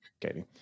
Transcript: Katie